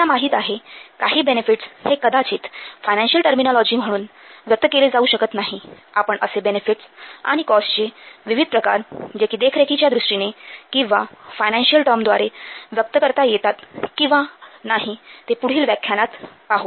आम्हाला माहित आहे काही बेनिफिट्स हे कदाचित फायनान्शिअल टर्मिनॉलॉजी म्हणून व्यक्त केले जाऊ शकत नाही आपण असे बेनेफिट्स आणि कॉस्ट चे विविध प्रकार जे कि देखरेखीच्यादृष्टीने किंवा फायनान्शिअल टर्मद्वारे व्यक्त करता येतात किंवा नाही ते पुढील व्याख्यानात पाहू